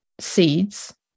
seeds